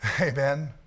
Amen